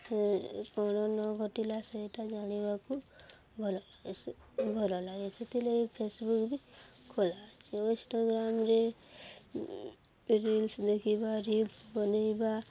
କ'ଣ ନ ଘଟିଲା ସେଇଟା ଜାଣିବାକୁ ଭଲ ଲାଗ ଭଲ ଲାଗେ ସେଥିଲାଗ ଫେସ୍ବୁକ୍ ବି ଖୋଲା ଅଛି ଓ ଇନ୍ଷ୍ଟାଗ୍ରାମ୍ରେ ରିଲ୍ସ ଦେଖିବା ରିଲ୍ସ ବନେଇବା